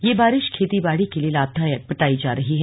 यह बारिश खेती बाड़ी के लिए लाभदायक बताई जा रही है